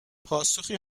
پاسخی